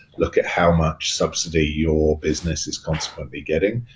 look at how much subsidy your business is consequently getting.